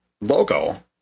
logo